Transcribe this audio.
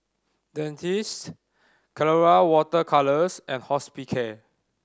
Dentiste Colora Water Colours and Hospicare